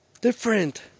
different